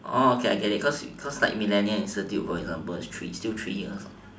okay I get it cause cause like millennia institute for example is still three years